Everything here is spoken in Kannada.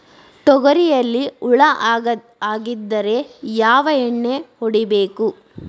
ತೊಗರಿಯಲ್ಲಿ ಹುಳ ಆಗಿದ್ದರೆ ಯಾವ ಎಣ್ಣೆ ಹೊಡಿಬೇಕು?